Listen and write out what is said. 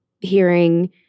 hearing